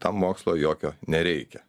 tam mokslo jokio nereikia